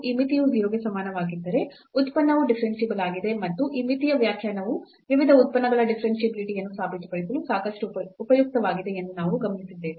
ಈ ಮಿತಿಯು 0 ಗೆ ಸಮನಾಗಿದ್ದರೆ ಉತ್ಪನ್ನವು ಡಿಫರೆನ್ಸಿಬಲ್ ಆಗಿದೆ ಮತ್ತು ಈ ಮಿತಿಯ ವ್ಯಾಖ್ಯಾನವು ವಿವಿಧ ಉತ್ಪನ್ನಗಳ ಡಿಫರೆನ್ಷಿಯಾಬಿಲಿಟಿ ಯನ್ನು ಸಾಬೀತುಪಡಿಸಲು ಸಾಕಷ್ಟು ಉಪಯುಕ್ತವಾಗಿದೆ ಎಂದು ನಾವು ಗಮನಿಸಿದ್ದೇವೆ